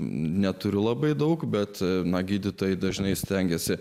neturiu labai daug bet na gydytojai dažnai stengiasi